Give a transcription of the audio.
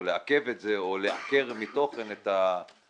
או לעכב את זה או לעקר מתוכן את הביצוע.